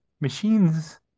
machines